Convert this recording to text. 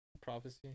Prophecy